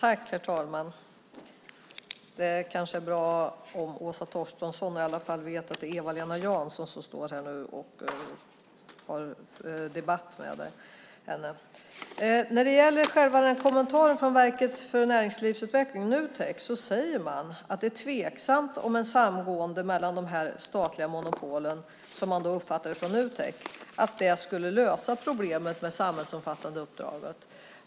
Herr talman! Det kanske är bra om Åsa Torstensson i alla fall vet att det är Eva-Lena Jansson som står här och debatterar med henne. I kommentaren från Verket för näringslivsutveckling, Nutek, säger man att det är tveksamt om ett samgående mellan de två statliga monopolen skulle lösa problemet med det samhällsomfattande uppdraget.